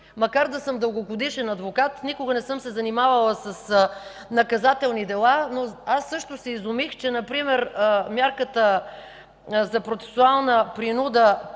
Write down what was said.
макар да съм дългогодишен адвокат, никога не съм се занимавала с наказателни дела, но аз също се изумих, че например мярката за процесуална принуда